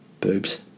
boobs